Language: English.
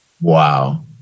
Wow